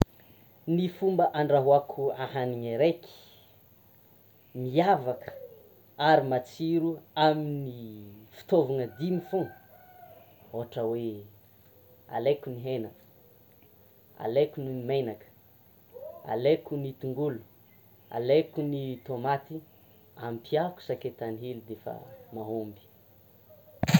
Ny fomba andrahoako ahanina araiky ary miavaka ary matsiro amin'ny fitaovana dimy fogna, ôhatra hoe alaiko ny hena, alaiko ny menaka, alaiko ny tongolo; alaiko ny tomaty, ampiako sakay tany hely defa mahômby.